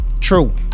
True